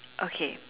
okay